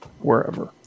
wherever